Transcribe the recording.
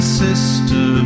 sister